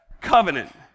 covenant